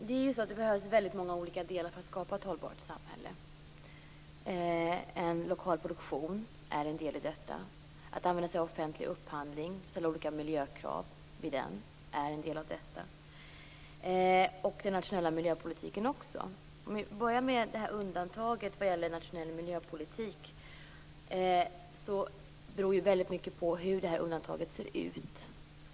Fru talman! Det behövs väldigt många olika delar för att skapa ett hållbart samhälle. En lokal produktion är en del i detta. Att använda sig av offentlig upphandling och att i samband med den ställa olika miljökrav är också en del av detta liksom den nationella miljöpolitiken. Undantaget vad gäller nationell miljöpolitik beror väldigt mycket på hur undantaget ser ut.